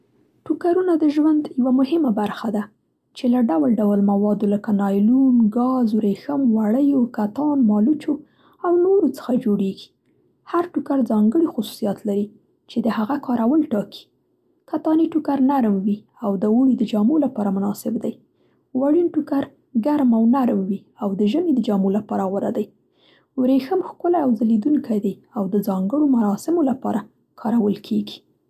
ټوکرونه د ژوند یوه مهمه برخه ده چې له ډول ډول موادو، لکه نایلون، ګاز، ورېښم، وړیو، کتان، مالوچو او نورو څخه جوړېږي. هر ټوکر ځانګړي خصوصیات لري چې د هغه کارول ټاکي. کتاني ټوکر نرم وي او د اوړي د جامو لپاره مناسب دی. وړین ټوکر ګرم او نرم وي او د ژمي د جامو لپاره غوره دی. وریښم ښکلی او ځلیدونکی دی او د ځانګړو مراسمو لپاره کارول کیږي.